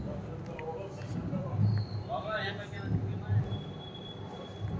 ಜೋಳದಿಂದ ಯಾವ ತಿನಸು ಮಾಡತಾರ?